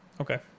Okay